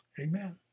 Amen